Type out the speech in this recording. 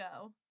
go